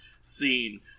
scene